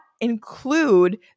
include